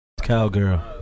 Cowgirl